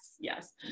yes